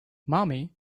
mommy